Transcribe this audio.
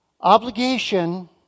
Obligation